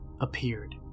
appeared